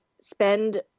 spend